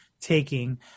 taking